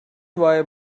why